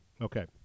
Okay